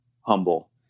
humble